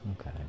Okay